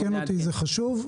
תעדכן, זה חשוב.